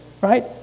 Right